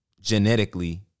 genetically